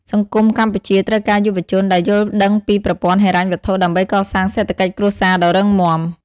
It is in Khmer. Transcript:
សង្គមកម្ពុជាត្រូវការយុវជនដែលយល់ដឹងពីប្រព័ន្ធហិរញ្ញវត្ថុ ដើម្បីកសាងសេដ្ឋកិច្ចគ្រួសារដ៏រឹងមាំ។